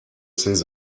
ses